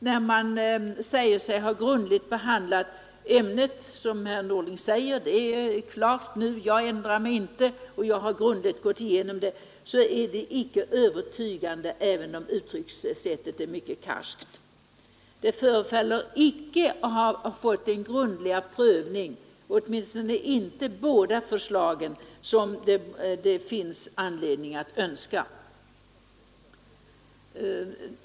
Herr Norling Nr 143 säger att ärendet har behandlats grundligt: Det är klart nu och jag ändrar Torsdagen den mig inte; jag har grundligt gått igenom saken. Det är inte övertygande, 14 december 1972 även om uttryckssättet är mycket karskt. Ärendet förefaller icke ha fått den grundliga prövning — i varje fall inte båda förslagen — som det finns anledning att önska.